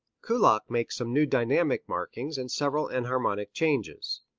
kullak makes some new dynamic markings and several enharmonic changes.